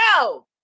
no